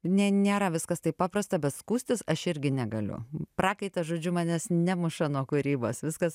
ne nėra viskas taip paprasta bet skųstis aš irgi negaliu prakaitas žodžiu manęs nemuša kūrybos viskas